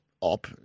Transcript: op